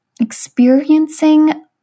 experiencing